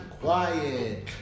quiet